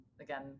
again